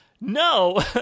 no